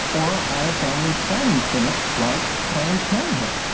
or at a family planning clinic like planned parenthood,